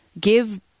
give